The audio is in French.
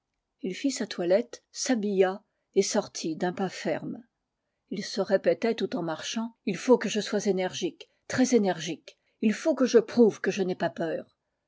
il fit sa toilette s'habilla et sortit d'un pas ferme ii se répétait tout en marchant il faut que je sois énergique très énergique ii faut que je prouve que je n'ai pas peur